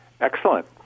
Excellent